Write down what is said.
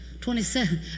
Twenty-seven